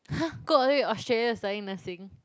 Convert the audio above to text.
[huh] go all the way to Australia to study nursing